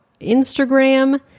Instagram